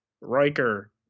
Riker